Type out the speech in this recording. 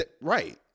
Right